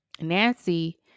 Nancy